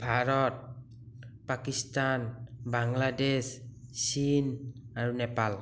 ভাৰত পাকিস্তান বাংলাদেশ চীন আৰু নেপাল